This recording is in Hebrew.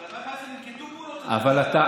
השאלה מה עשיתם מול הטרור, בקבוקי תבערה,